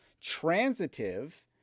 transitive